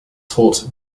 taught